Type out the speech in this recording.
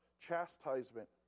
chastisement